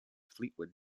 fleetwood